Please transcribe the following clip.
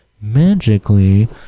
magically